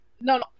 No